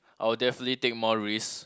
I will definitely take more risks